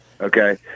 Okay